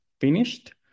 finished